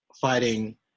fighting